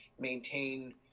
maintain